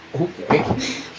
Okay